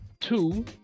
two